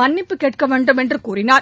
மன்னிப்பு கேட்க வேண்டுமென்று கூறினார்